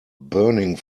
burning